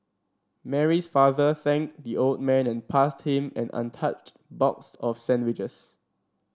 Mary's father thanked the old man and passed him an untouched box of sandwiches